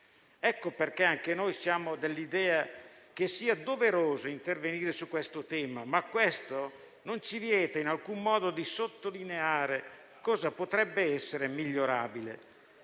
pertanto anche noi siamo dell'idea che sia doveroso intervenire su questo tema, ma ciò non impedisce in alcun modo di sottolineare cosa potrebbe essere migliorabile.